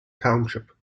township